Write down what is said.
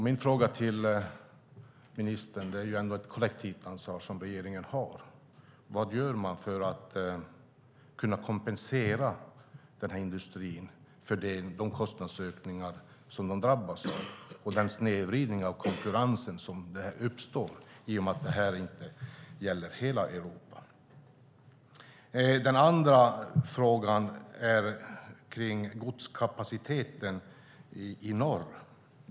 Min fråga till ministern - regeringen har ju ändå ett kollektivt ansvar - är: Vad gör man för att kunna kompensera skogsindustrin för de kostnadsökningar som den drabbas av och den snedvridning av konkurrensen som uppstår i och med att direktivet inte gäller hela Europa? Den andra frågan handlar om godskapaciteten i norr.